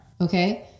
Okay